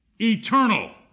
eternal